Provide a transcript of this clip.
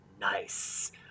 nice